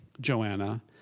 Joanna